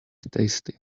tasty